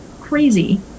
crazy